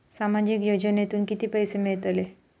सामाजिक योजनेतून किती पैसे मिळतले?